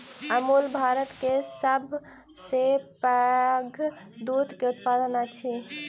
अमूल भारत के सभ सॅ पैघ दूध के उत्पादक अछि